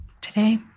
today